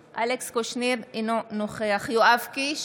קושניר, אינו נוכח יואב קיש,